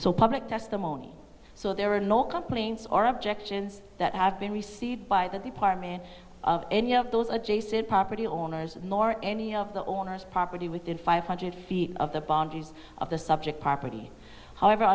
so public testimony so there are no complaints or objections that have been received by the department of any of those adjacent property owners nor any of the owner's property within five hundred feet of the bodies of the subject property however